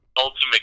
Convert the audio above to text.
ultimate